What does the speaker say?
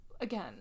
again